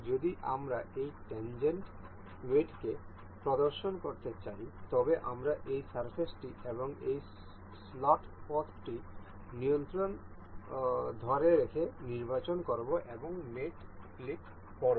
সুতরাং যদি আমরা এই ট্যাংগেন্ট মেটকে প্রদর্শন করতে চাই তবে আমরা এই সারফেস টি এবং এই স্লট পথটি নিয়ন্ত্রণ ধরে রেখে নির্বাচন করব এবং মেটে ক্লিক করব